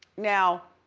now